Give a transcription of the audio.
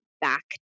back